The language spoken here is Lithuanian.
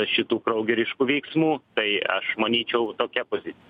šitų kraugeriškų veiksmų tai aš manyčiau tokia pozicija